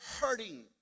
hurting